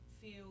feel